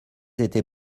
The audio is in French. été